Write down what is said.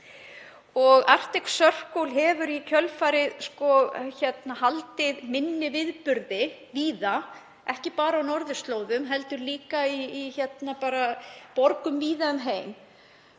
Arctic Circle hefur í kjölfarið haldið minni viðburði víða, ekki bara á norðurslóðum heldur líka í borgum víða